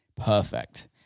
perfect